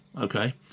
Okay